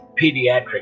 pediatric